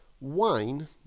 Wine